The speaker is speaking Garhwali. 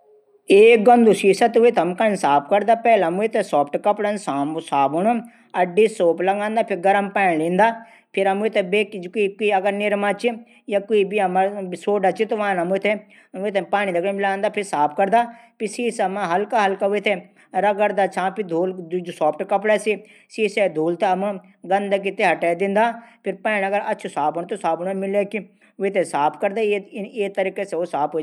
एक गंदू सीसा थै हम कन साफ करदा। पैली हम वेथे हम मुलायम कपडा या अखबार ना साफ करदा ।फिर डिस सॉप या निरमा सोडा थै पाणि मा मिलांदा। फिर वान साफ करदा। फिर सीसा मा हल्का हल्का रखदा छां फिर अच्छा से वे थै चमके दिंदा।